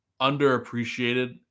underappreciated